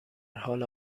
حال